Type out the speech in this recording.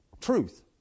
truth